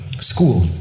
school